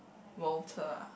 Walter ah